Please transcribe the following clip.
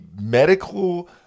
medical